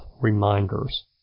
reminders